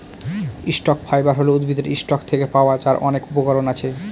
stock fibre হল উদ্ভিদের stalk থেকে পাওয়া যার অনেক উপকরণ আছে